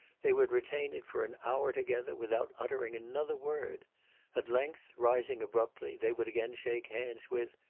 they would retain it for an hour together, without uttering another word at length, rising abruptly, they would again shake hands, with,